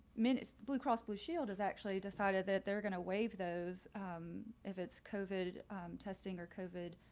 minutes, blue cross blue shield has actually decided that they're going to waive those if it's covid testing or covid.